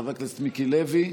חבר הכנסת מיקי לוי.